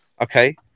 Okay